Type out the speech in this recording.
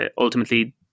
ultimately